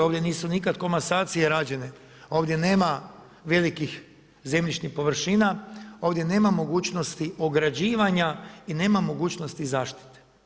Ovdje nisu nikad komasacije rađene, ovdje nema velikih zemljišnih površina, ovdje nema mogućnosti ograđivanja i nema mogućnosti zaštite.